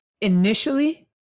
initially